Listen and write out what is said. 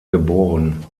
geboren